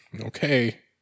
Okay